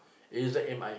A Z M I